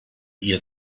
ihr